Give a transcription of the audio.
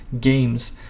games